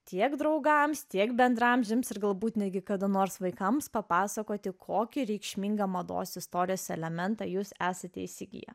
tiek draugams tiek bendraamžiams ir galbūt netgi kada nors vaikams papasakoti kokį reikšmingą mados istorijos elementą jūs esate įsigiję